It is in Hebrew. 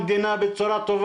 עמדות לקבלת אישורים.